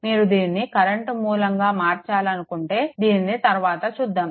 మీరు దీన్ని కరెంట్ మూలంగా మార్చాలనుకుంటే దీనిని తరువాత చూద్దాము